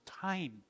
time